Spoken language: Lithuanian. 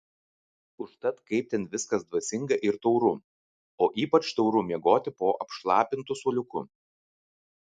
užtat kaip ten viskas dvasinga ir tauru o ypač tauru miegoti po apšlapintu suoliuku